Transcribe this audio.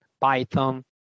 python